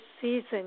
season